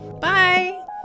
bye